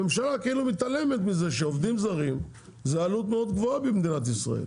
הממשלה כאילו מתעלמת מזה שעובדים זרים זה עלות מאוד גבוהה במדינת ישראל.